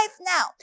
now